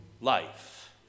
life